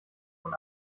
von